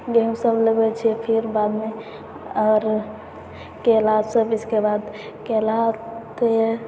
गेहूँसब लगबै छै फेर बादमे आओर केलासब इसके बाद केला